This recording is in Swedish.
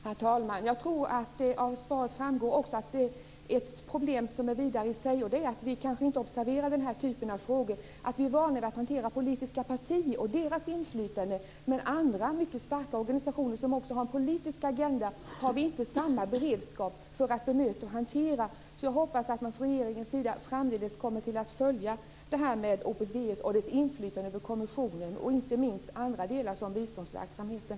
Herr talman! Jag tror att det av svaret framgår att det är ett problem som är vidare, och det är att vi inte observerar den här typen av rörelser. Vi är vana att observera politiska partier och deras inflytande. Andra mycket starka organisationer som också har en politisk agenda har vi inte samma beredskap för att bemöta och hantera. Jag hoppas att man från regeringen framdeles kommer att följa Opus Dei och dess inflytande över kommissionen, och inte minst över andra organisationer såsom biståndsverksamheten.